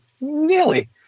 nearly